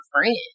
friend